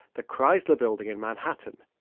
the chrysler building in manhattan.